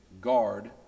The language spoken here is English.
guard